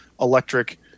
electric